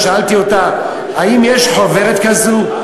שאלתי אותה: האם יש חוברת כזו?